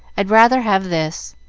i'd rather have this,